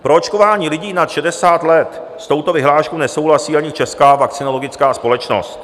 Proočkování lidí nad 60 let s touto vyhláškou nesouhlasí ani Česká vakcinologická společnost.